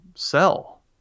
sell